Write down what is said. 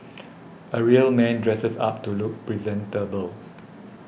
a real man dresses up to look presentable